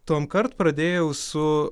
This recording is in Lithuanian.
tuom kart pradėjau su